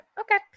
Okay